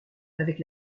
avec